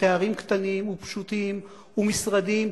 ולתארים קטנים ופשוטים ומשרדיים.